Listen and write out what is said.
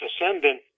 Ascendant